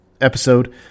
episode